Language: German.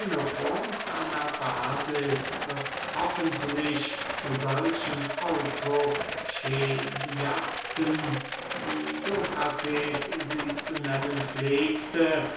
anabasis wird hoffentlich solchen